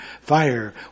fire